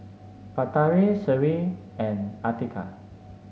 Batari Seri and Atiqah